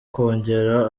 kongera